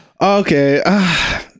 okay